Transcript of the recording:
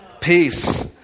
peace